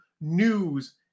news